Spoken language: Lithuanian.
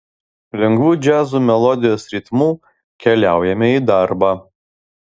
lengvu džiazo melodijos ritmu keliaujame į darbą